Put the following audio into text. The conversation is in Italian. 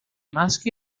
maschi